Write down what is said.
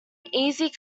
easy